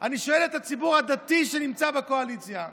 אני שואל את הציבור הדתי שנמצא בקואליציה,